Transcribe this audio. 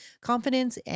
confidence